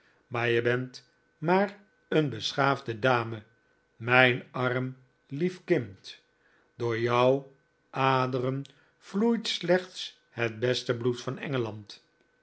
maar je bent maar een beschaafde dame mijn arm lief kind door jouw aderen vloeit slechts het beste bloed van engeland